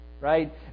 right